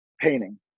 painting